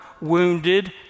wounded